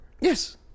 yes